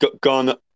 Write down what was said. gone